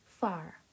Far